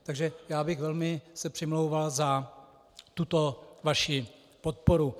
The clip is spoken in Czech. Takže já bych se velmi přimlouval za tuto vaši podporu.